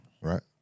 Right